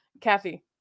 Kathy